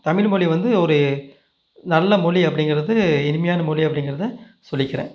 தமிழ் மொழி வந்து ஒரு நல்ல மொழி அப்படிங்கிறது இனிமையான மொழி அப்படிங்கிறத சொல்லிக்கிறேன்